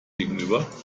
gegenüber